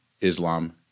Islam